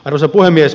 arvoisa puhemies